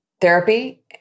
therapy